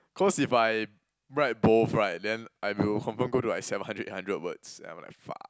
cause if I write both right then I will confirm go to like seven hundred eight hundred words and I'm like fuck